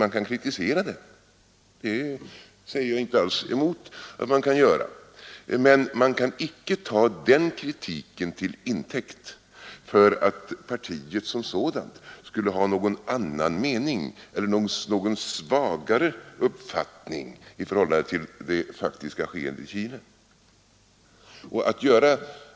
Man kan kritisera den — det säger jag inte alls emot — men man kan icke ta en sådan kritik till intäkt för att partiet som sådant skulle ha någon annan mening eller någon svagare uppfattning i förhållande till det faktiska skeendet i Chile.